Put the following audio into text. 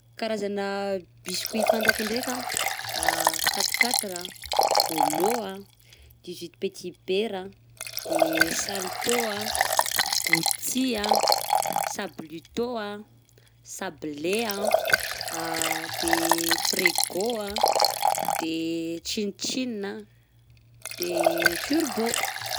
Karazana biscuits fantako ndraika: quate quatre a, bôlô a, dix huit petit beurre a, de saltô a, gouty a, sablito a, sable a, de fregô a, de tchin tchin a, de turbô.